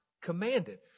commanded